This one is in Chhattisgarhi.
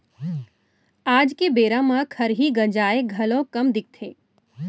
आज के बेरा म खरही गंजाय घलौ कम दिखथे